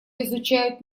изучают